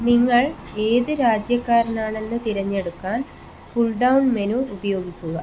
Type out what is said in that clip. നിങ്ങൾ ഏത് രാജ്യക്കാരനാണെന്ന് തിരഞ്ഞെടുക്കാൻ പുൾ ഡൌൺ മെനു ഉപയോഗിക്കുക